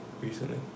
recently